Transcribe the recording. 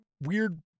weird